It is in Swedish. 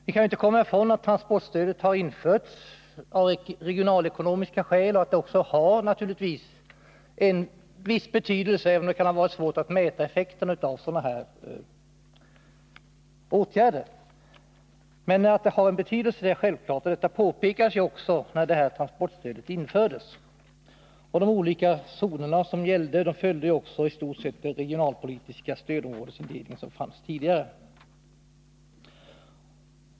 Vi kan inte komma ifrån att transportstödet har införts av regionalekonomiska skäl och att det naturligtvis har en viss betydelse, även om det kan vara svårt att mäta effekten av sådana här åtgärder. Men att det har betydelse är självklart, och det påpekades också när transportstödet infördes. De olika zoner som gäller följer också i stort den regionalpolitiska stödområdesindelning som fanns tidigare.